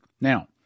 Now